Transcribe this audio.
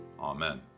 Amen